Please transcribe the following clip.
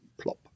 plop